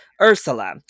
Ursula